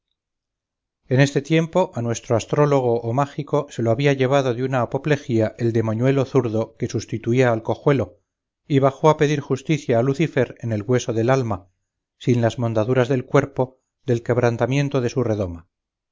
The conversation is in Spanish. en este tiempo a nuestro astrólogo o mágico se lo había llevado de una aplopejía el demoñuelo zurdo que sustituía al cojuelo y bajó a pedir justicia a lucifer en el güeso del alma sin las mondaduras del cuerpo del quebrantamiento de su redoma